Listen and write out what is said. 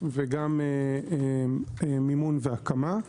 וגם מימון והקמה.